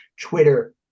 Twitter